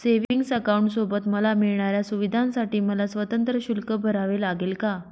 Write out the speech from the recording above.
Savings अकाउंटसोबत मला मिळणाऱ्या सुविधांसाठी मला स्वतंत्र शुल्क भरावे लागेल का?